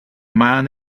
man